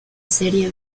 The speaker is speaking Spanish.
serie